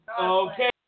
Okay